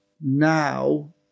now